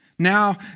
Now